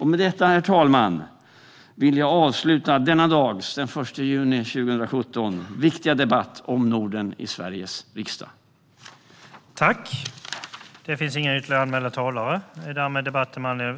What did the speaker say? Med detta, herr talman, vill jag avsluta denna dags - den 1 juni 2017 - viktiga debatt i Sveriges riksdag om Norden.